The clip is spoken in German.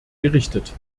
gerichtet